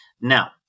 Now